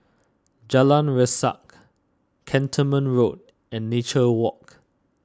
Jalan Resak Cantonment Road and Nature Walk